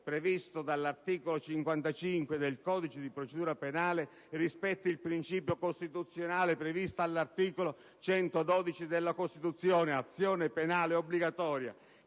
previsto dall'articolo 55 del codice di procedura penale, rispetta il principio costituzionale previsto dall'articolo 112 della Costituzione (azione penale obbligatoria)